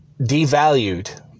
devalued